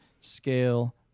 scale